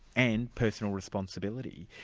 and personal responsibility.